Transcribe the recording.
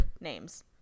names